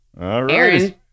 Aaron